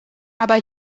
aber